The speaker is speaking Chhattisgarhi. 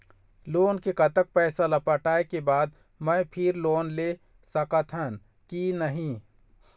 लोन के कतक पैसा ला पटाए के बाद मैं फिर लोन ले सकथन कि नहीं?